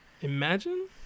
Imagine